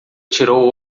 tirou